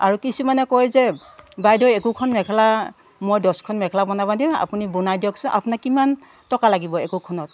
আৰু কিছুমানে কয় যে বাইদেউ একোখন মেখেলা মই দহখন মেখেলা বনাব দিম আপুনি বনাই দিয়কচোন আপোনাক কিমান টকা লাগিব একোখনত